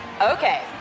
Okay